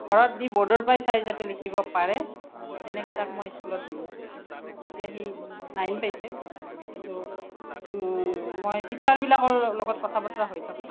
ঘৰত দি ব'ৰ্ডৰ পৰাই চাই যাতে লিখিব পাৰে তেনেকে তাক মই স্কুলত দিলোঁ এতিয়া সি নাইন পাইছে কিন্তু মই টিচাৰবিলাকৰ লগত কথা বতৰা হৈ থাকোঁ